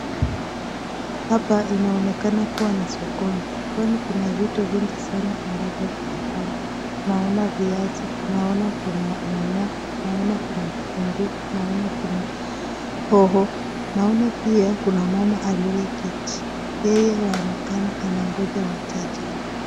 Hapa inaonekana kuwa ni sokoni. Sokoni kuna vitu vingi sana ambavyo vimepagwa naona viatu, naona kuna nyanya, naona kuna vitunguu, naona kuna hoho, naona pia kuna mama aliyeketi. Yeye anangoja wateja.